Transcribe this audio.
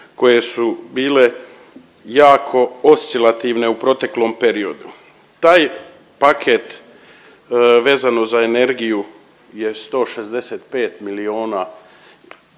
koje su bile jako oscilativne u proteklom periodu. Taj paket vezano za energiju je 165 miliona